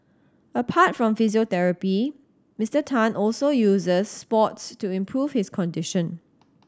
apart from physiotherapy Mister Tan also uses sports to improve his condition